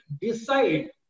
decide